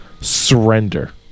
Surrender